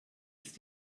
ist